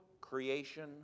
creation